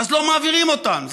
אז לא מעבירים אותן,